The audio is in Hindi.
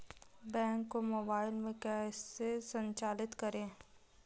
बैंक को मोबाइल में कैसे संचालित करें?